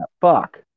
Fuck